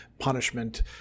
punishment